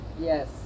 Yes